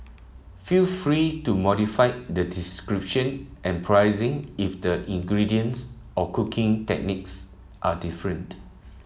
feel free to modify the description and pricing if the ingredients or cooking techniques are different